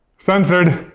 censored!